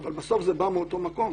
אבל בסוף זה בא מאותו מקום.